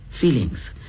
Feelings